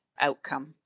outcome